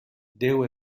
déu